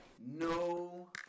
No